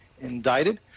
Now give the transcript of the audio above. indicted